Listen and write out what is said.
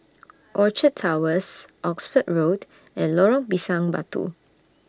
Orchard Towers Oxford Road and Lorong Pisang Batu